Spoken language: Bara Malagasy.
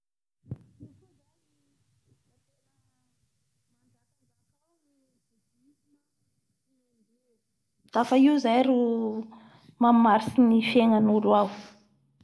Io koa zany da tena manjaka njaka ao ny boudisme sy ny indou, io zay ro mmaritsy ny fiegna an'olo.